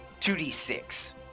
2d6